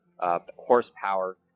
Horsepower